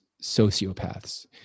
sociopaths